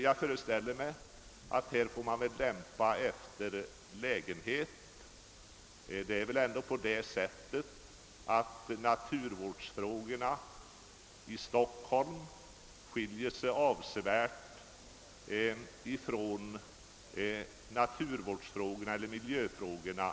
Jag föreställer mig att man här får laga efter läglighet. Det förhåller sig väl på det sättet att naturvårdsoch miljövårdsfrågorna i Stockholm skiljer sig avsevärt från dessa frågor exempelvis i Karesuando.